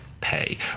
pay